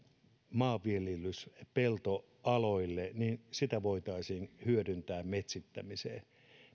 maanviljelyspeltoaloille voitaisiin hyödyntää metsittämiseen